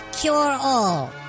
cure-all